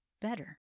better